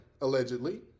allegedly